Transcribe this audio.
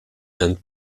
and